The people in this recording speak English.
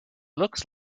looks